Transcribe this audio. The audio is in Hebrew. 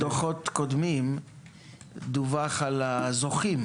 בדוחות קודמים דווח על הזוכים